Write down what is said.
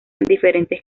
diferentes